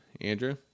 Andrew